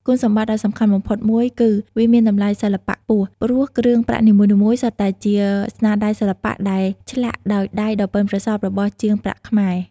គុណសម្បត្តិដ៏សំខាន់បំផុតមួយគឺ វាមានតម្លៃសិល្បៈខ្ពស់ ព្រោះគ្រឿងប្រាក់នីមួយៗសុទ្ធតែជាស្នាដៃសិល្បៈដែលឆ្លាក់ដោយដៃដ៏ប៉ិនប្រសប់របស់ជាងប្រាក់ខ្មែរ។